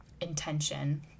intention